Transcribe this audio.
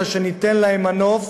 אלא ניתן להם מנוף